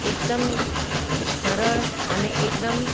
એકદમ સરળ અને એકદમ